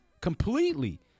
completely